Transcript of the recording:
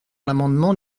l’amendement